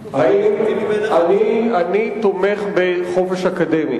אתה תומך בחופש אקדמי